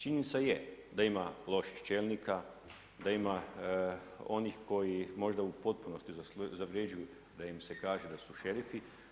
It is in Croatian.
Činjenica je da ima loših čelnika, da ima onih koji možda u potpunosti zavređuje da im se kaže da su šerifi.